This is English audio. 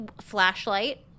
Flashlight